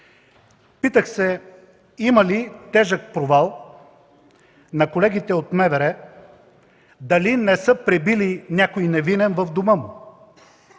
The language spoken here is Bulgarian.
Питах се има ли тежък провал на колегите от МВР, дали не са пребили някой невинен в дома му,